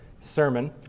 Sermon